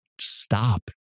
Stop